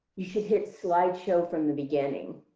hit hit slide show from the beginning.